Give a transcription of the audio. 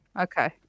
okay